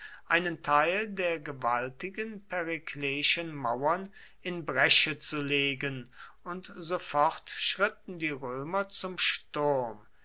einen teil der gewaltigen perikleischen mauern in bresche zu legen und sofort schritten die römer zum sturm